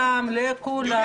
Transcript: זה חל, יוליה.